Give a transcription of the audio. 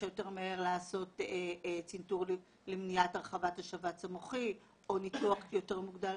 שיותר מהר לעשות צנתור למניעת הרחבת השבץ המוחי או ניתוח יותר מוגדל.